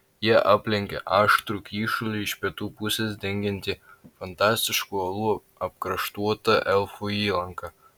jie aplenkė aštrų kyšulį iš pietų pusės dengiantį fantastiškų uolų apkraštuotą elfų įlanką